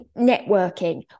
networking